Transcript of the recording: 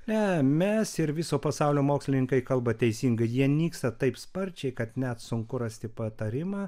ne mes ir viso pasaulio mokslininkai kalba teisingai jie nyksta taip sparčiai kad net sunku rasti patarimą